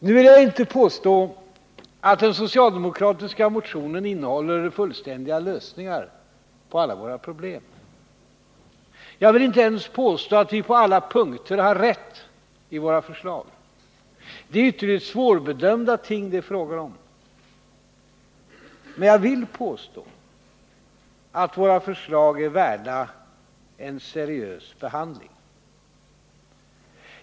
Nu vill jag inte påstå att den socialdemokratiska motionen innehåller fullständiga lösningar på alla våra problem. Jag vill inte ens påstå att vi på alla punkter har rätt i våra förslag. Det är ytterligt svårbedömda ting det är fråga om. Men jag vill påstå att våra förslag är värda en seriös behandling.